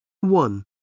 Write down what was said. One